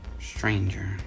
stranger